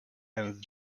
and